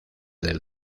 del